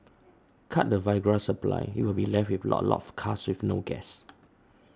cut the Viagra supply you'll be left with a lot of cars with no gas